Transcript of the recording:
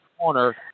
corner